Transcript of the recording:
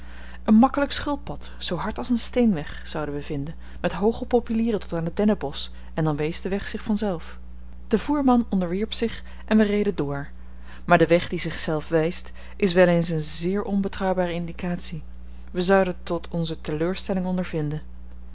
een makkelijk schulppad zoo hard als een steenweg zouden we vinden met hooge populieren tot aan het dennenbosch en dan wees de weg zich vanzelf de voerman onderwierp zich en wij reden door maar de weg die zich zelf wijst is wel eens een zeer onbetrouwbare indicatie wij zouden het tot onze teleurstelling ondervinden